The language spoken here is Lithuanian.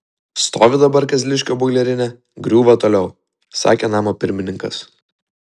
stovi dabar kazliškio boilerinė griūva toliau sakė namo pirmininkas